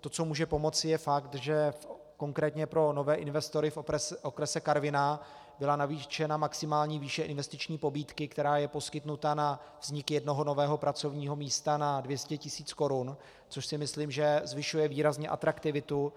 To, co může pomoci, je fakt, že konkrétně pro nové investory v okrese Karviná byla navýšena maximální výše investiční pobídky, která je poskytnuta na vznik jednoho nového pracovního místa, na 200 tisíc korun, což si myslím, že zvyšuje výrazně atraktivitu